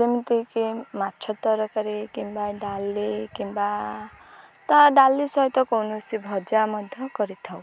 ଯେମିତିକି ମାଛ ତରକାରୀ କିମ୍ବା ଡାଲି କିମ୍ବା ଡାଲି ସହିତ କୌଣସି ଭଜା ମଧ୍ୟ କରିଥାଉ